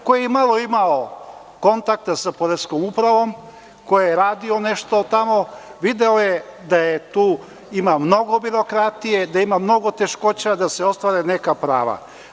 Ko je imao kontakta sa poreskom upravom, ko je radio nešto tamo, video je da tu ima mnogo birokratije, da ima mnogo teškoća da se ostvare neka prava.